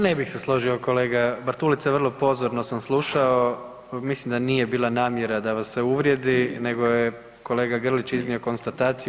Ne bih se složio kolega Bartulica, vrlo pozorno sam slušao, mislim da nije bila namjera da vas se uvrijedi nego je kolega Grlić iznio konstataciju.